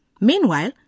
Meanwhile